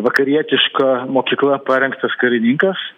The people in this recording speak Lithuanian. vakarietiška mokykla parengtas karininkas